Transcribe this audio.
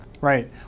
Right